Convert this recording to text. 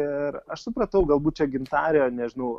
ir aš supratau galbūt čia gintarė nežinau